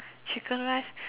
chicken rice